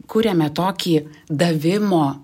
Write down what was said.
kuriame tokį davimo